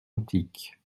antique